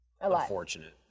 unfortunate